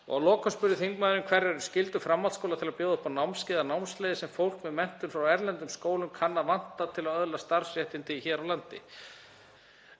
Að lokum spurði þingmaðurinn: Hverjar eru skyldur framhaldsskóla til að bjóða upp á námskeið eða námsleiðir sem fólk með menntun frá erlendum skólum kann að vanta til að öðlast starfsréttindi hér á landi?